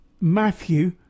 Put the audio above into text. matthew